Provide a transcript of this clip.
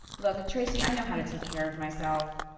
look tracy i know how to take care of myself.